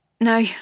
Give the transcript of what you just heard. No